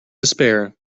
despair